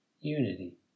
unity